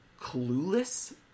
clueless